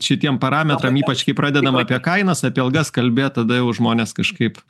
šitiem parametram ypač kai pradedam apie kainas apie algas kalbėt tada jau žmonės kažkaip